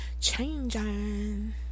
changing